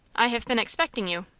i have been expecting you.